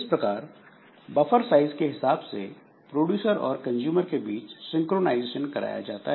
इस प्रकार buffer size के हिसाब से प्रोड्यूसर और कंज्यूमर के बीच सिंक्रोनाइजेशन कराया जाता है